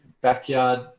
backyard